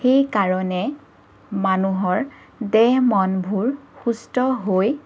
সেইকাৰণে মানুহৰ দেহ মনবোৰ সুস্থ হৈ